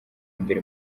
mbere